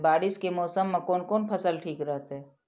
बारिश के मौसम में कोन कोन फसल ठीक रहते?